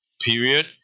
period